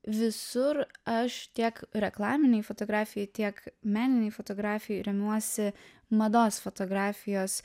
visur aš tiek reklaminėj fotografijoj tiek meninėj fotografijoj remiuosi mados fotografijos